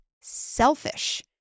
selfish